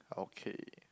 okay